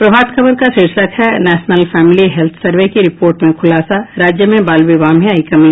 प्रभात खबर का शीर्षक है नेशनल फैमिली हेत्थ सर्वे की रिपोर्ट में खुलासा राज्य में बाल विवाह में आई कमी